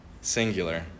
Singular